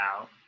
out